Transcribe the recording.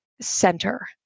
center